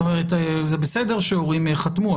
זה בסדר שהורים חתמו,